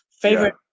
favorite